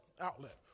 outlet